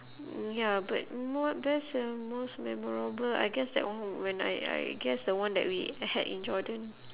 mm ya but mo~ best and most memorable I guess that one when I I guess the one that we had in jordan